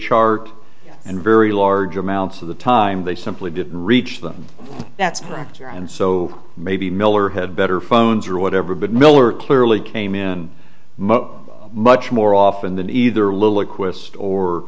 chart and very large amounts of the time they simply didn't reach them that's correct year and so maybe miller had better phones or whatever but miller clearly came in much much more often than either